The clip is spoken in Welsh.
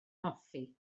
hoffi